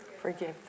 forgive